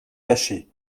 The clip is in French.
caché